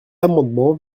amendement